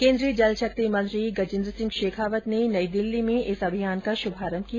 केन्द्रीय जल शक्ति मंत्री गजेंद्र सिंह शेखावत ने नई दिल्ली में इस अभियान का शुभारंभ किया